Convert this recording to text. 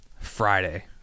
Friday